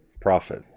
profit